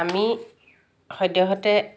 আমি সদ্যহতে